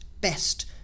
best